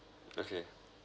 okay